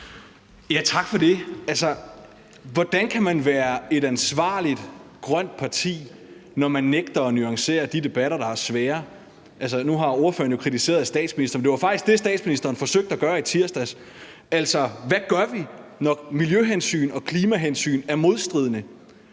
Tak for det. Hvordan kan man være et ansvarligt grønt parti, når man nægter at nuancere de debatter, der er svære? Nu har ordføreren jo kritiseret statsministeren, men det var faktisk det, statsministeren forsøgte at gøre i tirsdags – altså, hvad gør vi, når miljøhensyn og klimahensyn er modstridende?